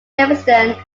livingston